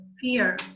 fear